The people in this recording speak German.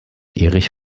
erich